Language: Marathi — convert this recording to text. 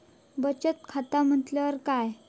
बचत खाता म्हटल्या काय?